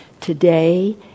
today